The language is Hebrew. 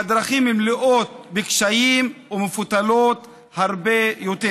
והדרכים מלאות בקשיים ומפותלות הרבה יותר.